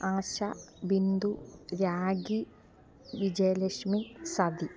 Asha Bindu Rakhi Vijayalakshmi sati